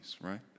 right